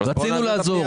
רצינו לעזור.